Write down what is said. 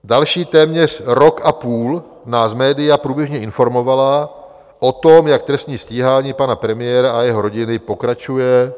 Další téměř rok a půl nás média průběžně informovala o tom, jak trestní stíhání pana premiéra a jeho rodiny pokračuje.